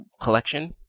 collection